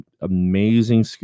amazing